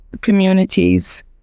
communities